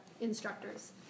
instructors